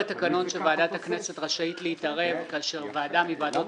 שוועדת הכנסת רשאית להתערב כאשר ועדה מוועדות